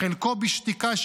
חלקו בשתיקה,